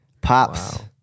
Pops